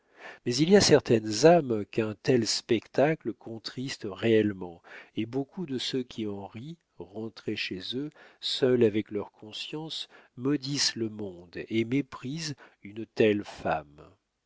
mais il y a certaines âmes qu'un tel spectacle contriste réellement et beaucoup de ceux qui en rient rentrés chez eux seuls avec leur conscience maudissent le monde et méprisent une telle femme